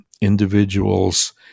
individuals